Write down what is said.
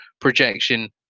projection